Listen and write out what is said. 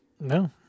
No